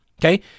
Okay